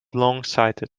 longsighted